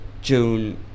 june